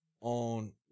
on